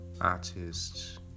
artists